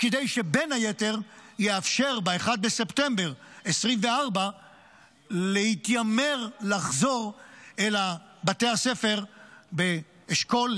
שבין היתר תאפשר ב-1 בספטמבר 2024 להתיימר לחזור אל בתי הספר באשכול,